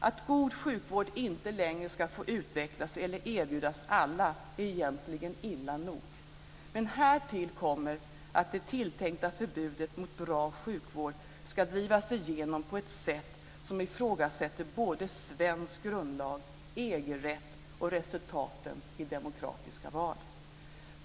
Att god sjukvård inte längre ska få utvecklas eller erbjudas alla är egentligen illa nog. Men härtill kommer att det tilltänkta förbudet mot bra sjukvård ska drivas igenom på ett sätt som ifrågasätter både svensk grundlag, EG-rätt och resultaten i demokratiska val.